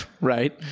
right